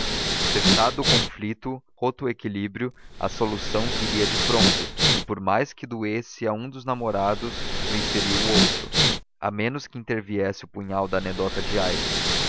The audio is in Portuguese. cessado o conflito roto o equilíbrio a solução viria de pronto e por mais que doesse a um dos namorados venceria o outro a menos que interviesse o punhal da anedota de aires